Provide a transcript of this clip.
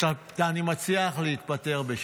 אני מציע לך להתפטר בשקט.